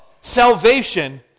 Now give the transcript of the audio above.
salvation